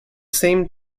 same